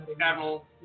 Admiral